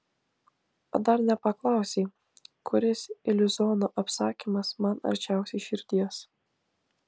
o dar nepaklausei kuris iliuziono apsakymas man arčiausiai širdies